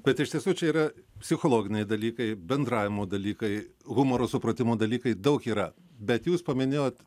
bet iš tiesų čia yra psichologiniai dalykai bendravimo dalykai humoro supratimo dalykai daug yra bet jūs paminėjot